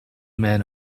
man